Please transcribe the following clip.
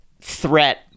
threat